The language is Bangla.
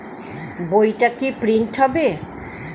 বইটা কি প্রিন্ট হবে?